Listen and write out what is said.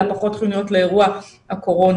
אלא פחות חיוניות לאירוע הקורונה